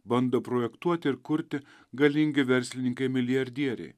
bando projektuoti ir kurti galingi verslininkai milijardieriai